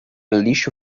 lixo